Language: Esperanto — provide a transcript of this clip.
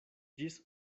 ĝis